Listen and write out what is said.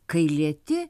kai lieti